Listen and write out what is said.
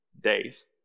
days